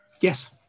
Yes